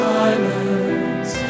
silence